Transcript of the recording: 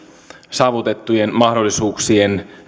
saavutettujen mahdollisuuksien